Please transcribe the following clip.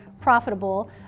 profitable